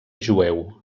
jueu